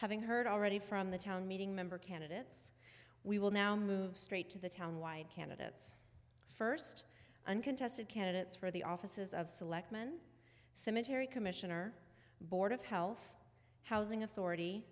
having heard already from the town meeting member candidates we will now move straight to the town white candidates first uncontested candidates for the offices of selectmen cemetery commissioner board of health housing authority